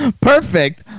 Perfect